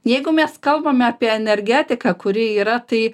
jeigu mes kalbame apie energetiką kuri yra tai